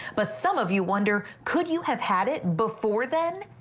but some of you wonder, could you have had it before then?